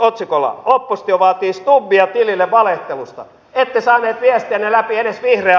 ja tässä yhteydessä jo sanon että saamme viestinnällä pieni vihreä